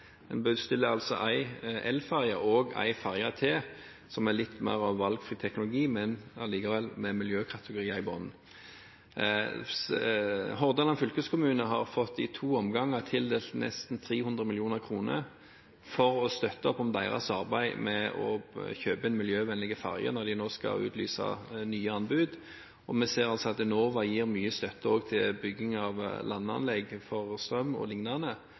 en, som det er nevnt, i bruk miljøteknologi. En bestiller altså en elferje og en ferje til med litt mer valgfri teknologi, men likevel med miljøkategorier i bunnen. Hordaland fylkeskommune har i to omganger fått tildelt nesten 300 mill. kr som støtte til sitt arbeid med å kjøpe inn miljøvennlige ferjer når de nå skal utlyse nye anbud. Vi ser altså at Enova gir mye støtte også til bygging av landanlegg for strøm